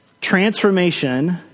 transformation